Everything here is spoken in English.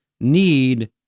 need